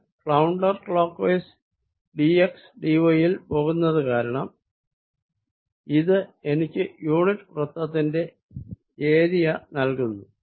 ഞാൻ counter clockwise d xd y യിൽ പോകുന്നത് കാരണം ഇത് എനിക്ക് യൂണിറ്റ് വൃത്തത്തിന്റെ ഏരിയ നൽകുന്നു